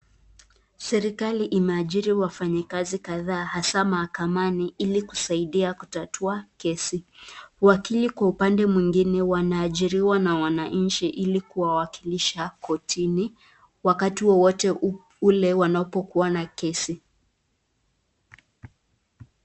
Serikali imeajiri wafanyikazi kadhaa hasa mahakamani ili kusaidia kutatua kesi ,wakili kwa upande mwingine wanaajiriwa na wananchi ili kuwawakilisha kotini wakati wowote ule wanapokuwa na kesi.